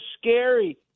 scary